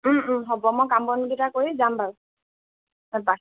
হ'ব মই কাম বনকেইটা কৰি যাম বাৰু এপাক